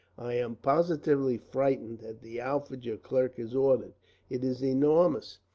i am positively frightened at the outfit your clerk has ordered. it is enormous.